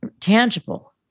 tangible